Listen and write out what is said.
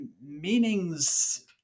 meanings